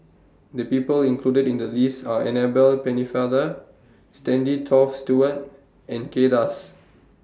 The People included in The list Are Annabel Pennefather Stanley Toft Stewart and Kay Das